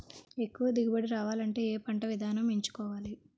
ఎక్కువ దిగుబడి రావాలంటే ఏ పంట విధానం ఎంచుకోవాలి?